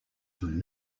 than